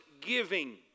giving